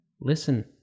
Listen